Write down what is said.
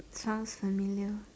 sounds familiar